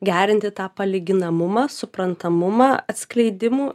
gerinti tą palyginamumą suprantamumą atskleidimų